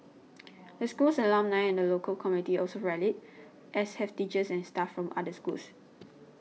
the school's alumni and the local community have also rallied as have teachers and staff from other schools